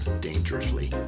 dangerously